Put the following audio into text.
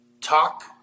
talk